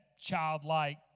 childlike